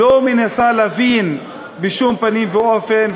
לא מנסה להבין בשום פנים ואופן,